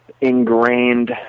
ingrained